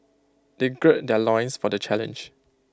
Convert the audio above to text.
they gird their loins for the challenge